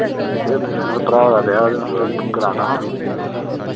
ए मेरे भ्रा दा ब्याह् हा ते महा बुक कराना हा